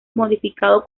modificado